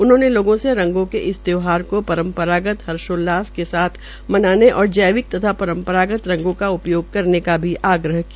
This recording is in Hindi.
उन्होंने लोगों से रंगो के इस त्योहार परम्परागत हर्षोल्लास के साथ मनाने और जैविक तथा परम्परागत रंगों का उपयोग करने का भी आग्रह किया